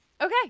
Okay